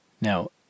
Now